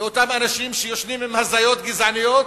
לאותם אנשים שיושבים עם הזיות גזעניות,